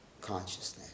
consciousness